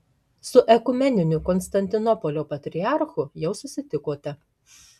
su ekumeniniu konstantinopolio patriarchu jau susitikote